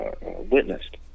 witnessed